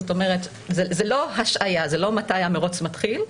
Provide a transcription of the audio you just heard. זאת אומרת, זה לא השהייה, זה לא מתי המרוץ מתחיל,